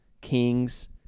Kings